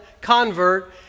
convert